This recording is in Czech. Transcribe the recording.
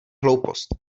hloupost